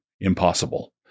impossible